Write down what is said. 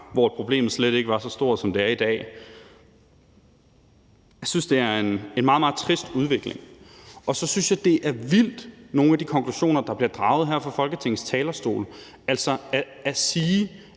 problemet slet ikke var så stort, som det er i dag. Jeg synes, det er en meget, meget trist udvikling. Så synes jeg, at nogle af de konklusioner, der bliver draget her fra Folketingets talerstol, er vilde. Altså at sige,